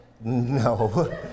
No